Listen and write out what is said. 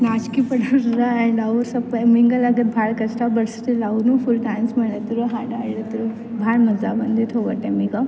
ನಾಚ್ಕೆ ಪಡೋರ ಆ್ಯಂಡ್ ಅವ್ರು ಸೊಲ್ಪ ಮಿಂಗಲ್ ಆಗೋದು ಭಾಳ ಕಷ್ಟ ಬಟ್ ಸ್ಟಿಲ್ ಅವನು ಫುಲ್ ಡ್ಯಾನ್ಸ್ ಮಾಡಿದ್ರೂ ಹಾಡು ಹಾಡಿದರು ಭಾಳ ಮಜಾ ಬಂದಿತ್ತು ಹೋಗೋ ಟೈಮಿಗೆ